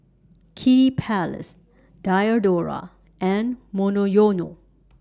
Kiddy Palace Diadora and Monoyono